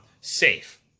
Safe